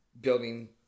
building